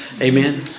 Amen